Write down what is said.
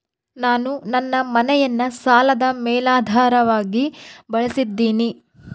ನಾನು ನನ್ನ ಮನೆಯನ್ನ ಸಾಲದ ಮೇಲಾಧಾರವಾಗಿ ಬಳಸಿದ್ದಿನಿ